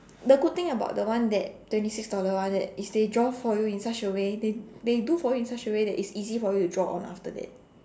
the good thing about the one that twenty six dollar one that is they draw for you in such a way they they do for you in such a way that it's easy for you to draw on after that